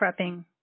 prepping